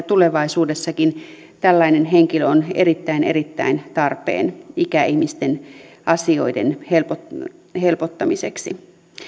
tulevaisuudessakin tällainen henkilö on erittäin erittäin tarpeen ikäihmisten asioiden helpottamiseksi